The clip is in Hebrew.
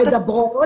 הן מדברות,